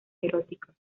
eróticos